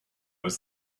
was